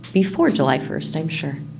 before july first, i'm sure.